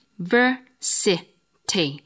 University